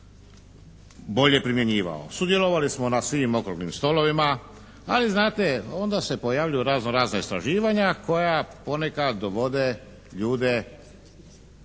bolje primjenjivao. Sudjelovali smo na svim okruglim stolovima, ali znate onda se pojavljuju razno razna istraživanja koja ponekad dovode ljude